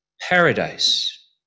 paradise